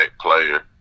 player